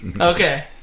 Okay